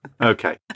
Okay